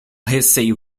receio